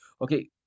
Okay